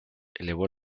elevó